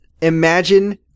imagine